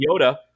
Yoda